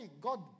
God